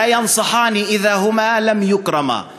לא יעוצו עצה אם לא יתייחסו אליהם בכבוד.